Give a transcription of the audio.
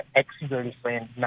ex-girlfriend